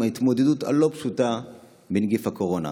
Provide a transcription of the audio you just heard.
עם ההתמודדות הלא-פשוטה עם נגיף הקורונה.